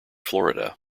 florida